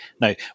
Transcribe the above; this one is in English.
Now